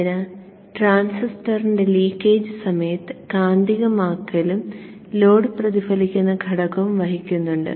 അതിനാൽ ട്രാൻസിസ്റ്ററിന്റെ ലീക്കേജ് സമയത്ത് കാന്തികമാക്കലും ലോഡ് പ്രതിഫലിക്കുന്ന ഘടകവും വഹിക്കുന്നുണ്ട്